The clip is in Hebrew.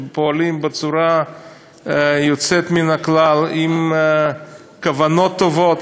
הם פועלים בצורה יוצאת מן הכלל, עם כוונות טובות